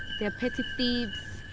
they're petty thieves,